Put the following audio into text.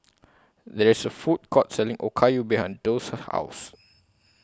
There IS A Food Court Selling Okayu behind Doss' House